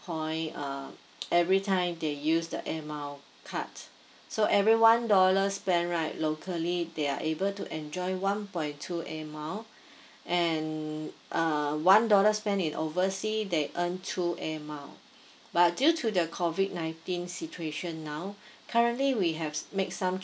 point uh every time they use the air mile card so every one dollar spend right locally they are able to enjoy one point two air mile and uh one dollar spent in oversea they earn two air mile but due to the COVID nineteen situation now currently we have make some